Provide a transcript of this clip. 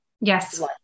Yes